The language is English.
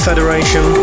Federation